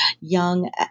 young